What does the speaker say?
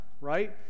right